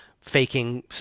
faking